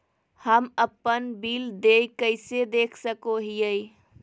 हम अपन बिल देय कैसे देख सको हियै?